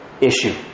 issue